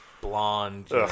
Blonde